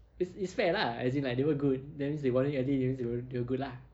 it's it's fair lah as in like they were good that means they won it already that means they were they were good lah